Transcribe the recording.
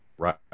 Right